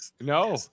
No